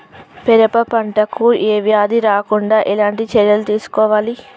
పెరప పంట కు ఏ వ్యాధి రాకుండా ఎలాంటి చర్యలు తీసుకోవాలి?